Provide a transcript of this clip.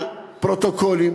על פרוטוקולים,